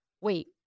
wait